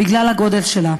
בגלל הגודל שלה.